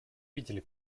видели